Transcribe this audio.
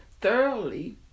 thoroughly